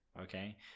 okay